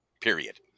period